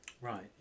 Right